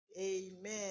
Amen